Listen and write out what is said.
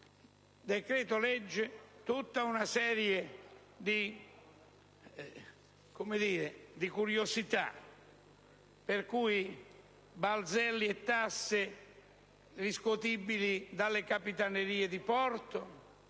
decreto-legge tutta una serie di curiosità: i balzelli e le tasse riscuotibili dalle Capitanerie di porto,